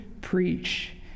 preach